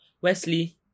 Wesley